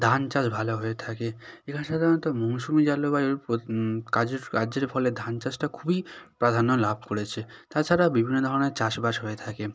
ধান চাষ ভালো হয়ে থাকে এখানে সাধারণত মৌসুমি জলবায়ুর কাজের ফলে ধান চাষটা খুবই প্রাধান্য লাভ করেছে তাছাড়া বিভিন্ন ধরনের চাষবাস হয়ে থাকে